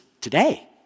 today